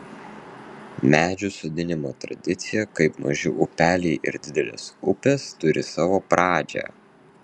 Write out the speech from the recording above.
medžių sodinimo tradicija kaip maži upeliai ir didelės upės turi savo pradžią